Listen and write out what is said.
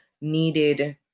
needed